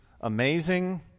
amazing